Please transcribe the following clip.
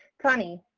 connie.